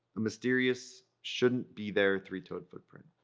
a mysterious, shouldn't be there three-toed footprint.